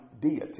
deity